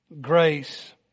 Grace